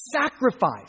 sacrifice